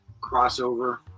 crossover